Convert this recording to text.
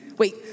wait